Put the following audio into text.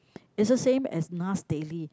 it's the same as Nas Daily